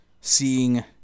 seeing